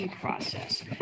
process